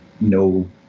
no